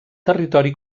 territori